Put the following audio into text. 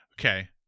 Okay